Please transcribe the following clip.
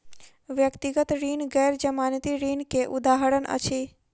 व्यक्तिगत ऋण गैर जमानती ऋण के उदाहरण अछि